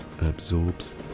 absorbs